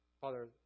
Father